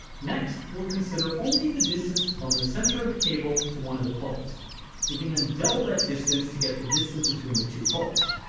next we'll consider only the distance from the center of the cable to one of the poles we can then double that distance to get the distance between the two poles